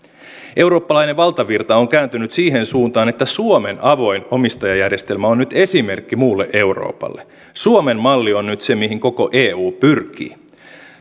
eurooppalainen valtavirta on kääntynyt siihen suuntaan että suomen avoin omistajajärjestelmä on nyt esimerkki muulle euroopalle suomen malli on nyt se mihin koko eu pyrkii